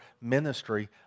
ministry